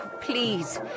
Please